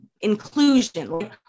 inclusion